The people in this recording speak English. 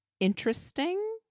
interesting